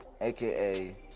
AKA